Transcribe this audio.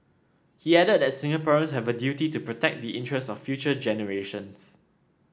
he added that Singaporeans have a duty to protect the interest of future generations